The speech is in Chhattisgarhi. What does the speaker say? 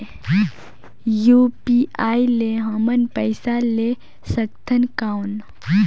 यू.पी.आई ले हमन पइसा ले सकथन कौन?